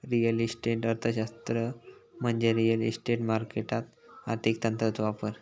real estate अर्थशास्त्र म्हणजे real estate मार्केटात आर्थिक तंत्रांचो वापर